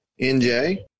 NJ